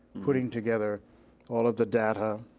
putting together all of the data,